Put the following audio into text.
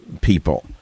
people